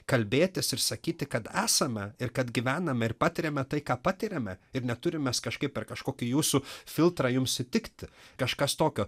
kalbėtis ir sakyti kad esame ir kad gyvename ir patiriame tai ką patiriame ir neturim mes kažkaip per kažkokį jūsų filtrą jums įtikti kažkas tokio